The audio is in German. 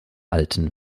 alten